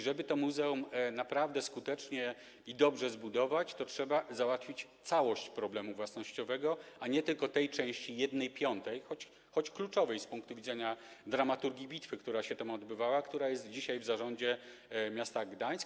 Żeby to muzeum naprawdę skutecznie i dobrze zbudować, trzeba załatwić całość problemu własnościowego, a nie tylko problem tej części, tej 1/5 terenu, choć kluczowej z punktu widzenia dramaturgii bitwy, która się tam odbywała, która jest dzisiaj w zarządzie miasta Gdańsk.